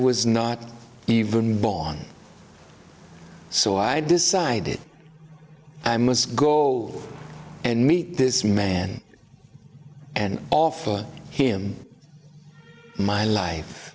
was not even born so i decided i must go and meet this man and offer him my life